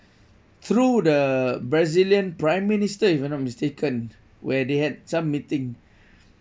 through the brazilian prime minister if I'm not mistaken where they had some meeting